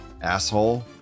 Asshole